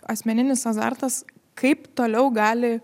asmeninis azartas kaip toliau gali